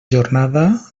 jornada